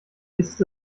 ist